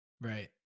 Right